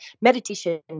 meditation